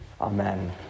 Amen